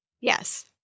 Yes